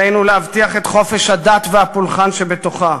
עלינו להבטיח את חופש הדת והפולחן שבתוכה.